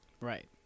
Right